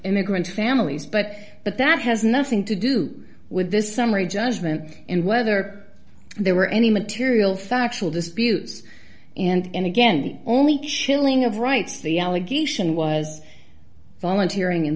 immigrant families but but that has nothing to do with this summary judgment and whether there were any material factual disputes and again only shilling of rights the allegation was volunteerin